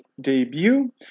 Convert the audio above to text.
debut